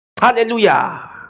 Hallelujah